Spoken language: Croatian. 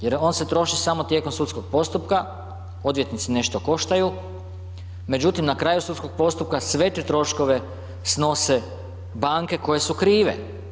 Jer on se troši samo tijekom sudskog postupka, odvjetnici nešto koštaju, međutim na kraju sudskog postupka sve te troškove snose banke koje su krive.